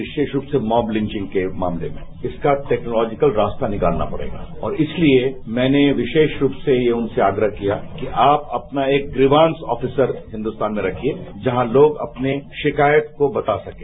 विरोव रूप से मॉबलिंचिंग के मामले में इसकाटेक्नोलॉजिकल रास्ता निकालना पड़ेगा और इसलिए मैने विषेप रूप से यह उनसे आग्रह कियाकि आप अपना एक प्रिवान्स ऑफिसर हिन्दस्तान में रखिए जहां लोग अपनी शिकायत को बतासकें